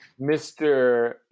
Mr